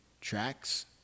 tracks